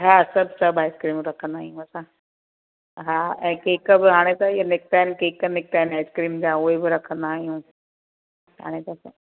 हा सभु सभु आइस्क्रीमूं रखंदा आहियूं असां हा ऐं केक बि हाणे त केक निकिता आहिनि आइस्क्रीमूंन जा उहे बि रखंदा आहियूं हाणे